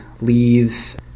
leaves